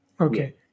okay